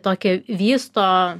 tokį vysto